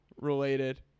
related